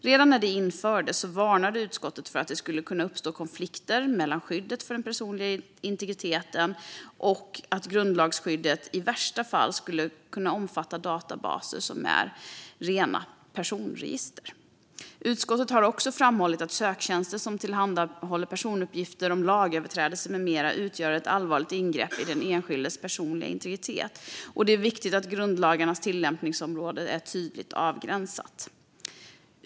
Redan när detta infördes varnade utskottet för att det skulle kunna uppstå konflikter mellan skyddet för den personliga integriteten och att grundlagsskyddet i värsta fall skulle kunna omfatta databaser som är rena personregister. Utskottet har också framhållit att söktjänster som tillhandahåller personuppgifter om lagöverträdelser med mera utgör ett allvarligt ingrepp i den enskildes personliga integritet. Det är viktigt att grundlagarnas tillämpningsområde är tydligt avgränsat.